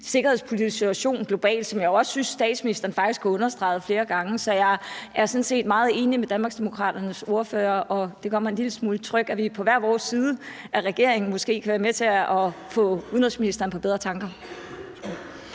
sikkerhedspolitisk situation globalt, som jeg jo også synes statsministeren faktisk har understreget flere gange, så jeg er sådan set meget enig med Danmarksdemokraternes partileder, og det gør mig en lille smule tryg, at vi på hver vores side af regeringen måske kan være med til at få udenrigsministeren på bedre tanker.